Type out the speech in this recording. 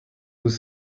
vous